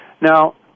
Now